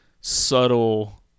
subtle